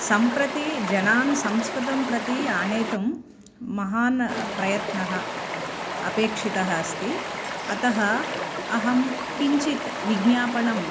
सम्प्रति जनान् संस्कृतं प्रति आनेतुं महान् प्रयत्नः अपेक्षितः अस्ति अतः अहं किञ्चित् विज्ञापनं